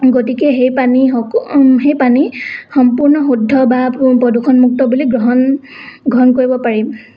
গতিকে সেই পানী হক সেই পানী সম্পূৰ্ণ শুদ্ধ বা প্ৰদূষণমুক্ত বুলি গ্ৰহণ গ্ৰহণ কৰিব পাৰি